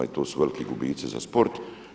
I to su veliki gubici za sport.